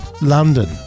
London